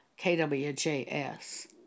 KWJS